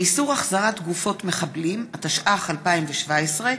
התשע"ח 2017,